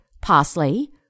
parsley